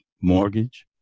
mortgage